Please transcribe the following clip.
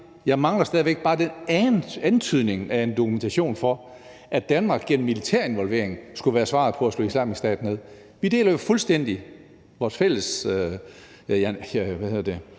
væk mangler bare antydningen af dokumentation for, at Danmark gennem militær involvering skulle være svaret på, hvordan vi slår Islamisk Stat ned. Vi deler jo fuldstændig vores fælles